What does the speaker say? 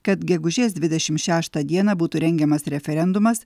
kad gegužės dvidešim šeštą dieną būtų rengiamas referendumas